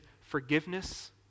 forgiveness